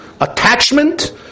Attachment